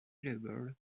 available